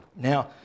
Now